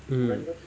hmm